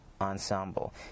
Ensemble